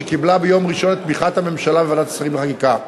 שקיבלה ביום ראשון את תמיכת הממשלה בוועדת השרים לחקיקה.